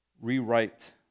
rewrite